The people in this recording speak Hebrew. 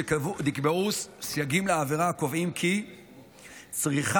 נקבעו סייגים לעבירה הקובעים כי צריכה